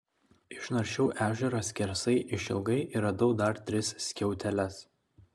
išnaršiau ežerą skersai išilgai ir radau dar tris skiauteles